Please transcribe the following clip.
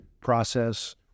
process